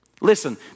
Listen